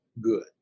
good